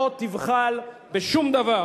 לא תבחל בשום דבר.